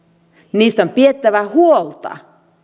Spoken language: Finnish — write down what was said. niistä on pidettävä huolta